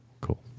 Cool